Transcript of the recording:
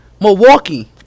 Milwaukee